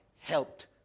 helped